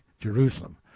Jerusalem